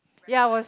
ya was